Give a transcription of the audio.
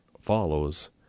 follows